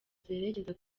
zerekeza